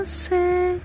say